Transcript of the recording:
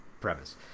premise